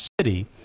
city